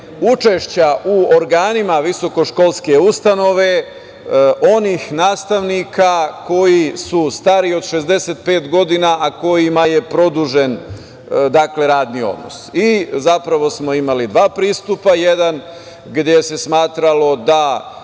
učešća u organima visokoškolske ustanove onih nastavnika koji su stariji od 65 godina, a kojima je produžen radni odnos. Zapravo, imali smo dva pristupa, jedan gde se smatralo da